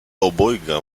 obojga